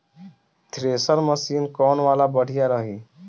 Thresher machine कौन वाला बढ़िया रही?